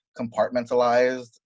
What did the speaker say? compartmentalized